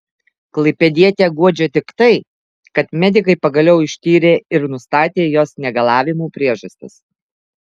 klaipėdietę guodžia tik tai kad medikai pagaliau ištyrė ir nustatė jos negalavimų priežastis